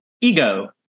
ego